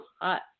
hot